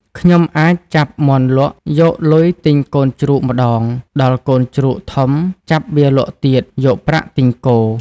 ខ្ញុំអាចចាប់មាន់លក់យកលុយទិញកូនជ្រូកម្តង ដល់កូនជ្រូកធំចាប់វាលក់ទៀតយកប្រាក់ទិញគោ...។